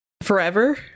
Forever